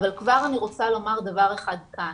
אבל כבר אני רוצה לומר דבר אחד כאן.